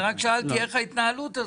אני רק שאלתי איך ההתנהלות הזו.